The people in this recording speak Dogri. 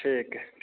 ठीक ऐ